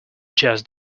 just